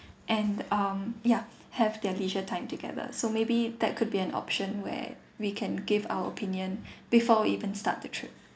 and um ya have their leisure time together so maybe that could be an option where we can give our opinion before even start the trip